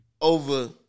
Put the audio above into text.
over